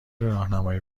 راهنمای